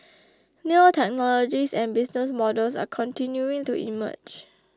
new technologies and business models are continuing to emerge